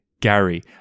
Gary